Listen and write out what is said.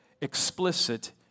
explicit